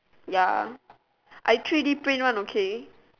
ya I three-D print one okay